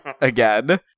again